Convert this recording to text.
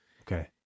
Okay